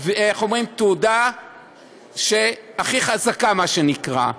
התעודה הכי חזקה, מה שנקרא.